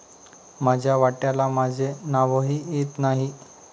माझ्या वाट्याला माझे नावही येत नाही